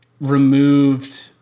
removed